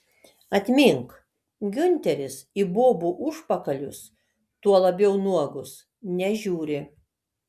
atmink giunteris į bobų užpakalius tuo labiau nuogus nežiūri